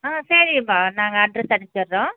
ஆ சரிப்பா நாங்கள் அட்ரெஸ் அனுப்பிடுறோம்